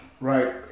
right